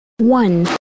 One